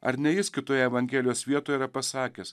ar ne jis kitoje evangelijos vietoje yra pasakęs